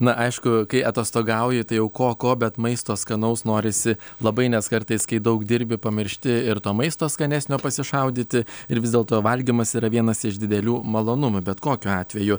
na aišku kai atostogauji tai jau ko ko bet maisto skanaus norisi labai nes kartais kai daug dirbi pamiršti ir to maisto skanesnio pasišaudyti ir vis dėlto valgymas yra vienas iš didelių malonumų bet kokiu atveju